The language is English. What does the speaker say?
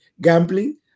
gambling